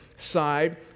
side